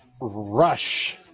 rush